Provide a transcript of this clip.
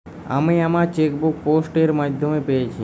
আমি আমার chequebook post এর মাধ্যমে পেয়েছি